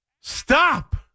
Stop